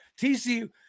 TCU